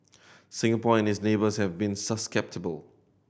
Singapore and its neighbours have been susceptible